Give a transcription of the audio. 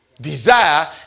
desire